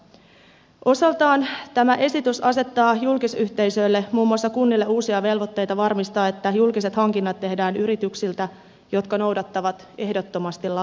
osaltaan tämä esitys asettaa julkisyhteisöille muun muassa kunnille uusia velvoitteita varmistaa että julkiset hankinnat tehdään yrityksiltä jotka noudattavat ehdottomasti lakeja